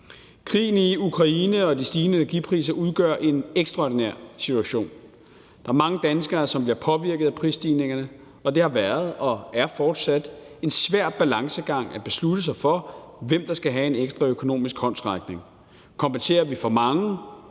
Krigen i Ukraine og de stigende energipriser udgør en ekstraordinær situation. Der er mange danskere, som bliver påvirket af prisstigningerne, og det har været og er fortsat en svær balancegang at beslutte sig for, hvem der skal have en ekstra økonomisk håndsrækning. Kompenserer vi for mange